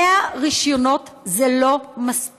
100 רישיונות זה לא מספיק.